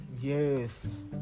Yes